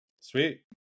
Sweet